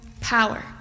power